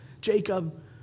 Jacob